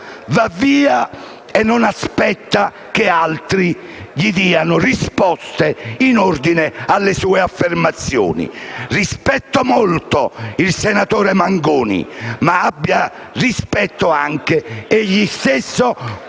Va via e non aspetta che altri gli diano risposte in ordine alle sue affermazioni. Rispetto molto il senatore Manconi, ma egli abbia rispetto e non si